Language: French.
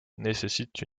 nécessitent